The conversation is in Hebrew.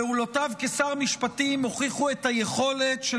פעולותיו כשר המשפטים הוכיחו את היכולת של